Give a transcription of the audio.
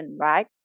right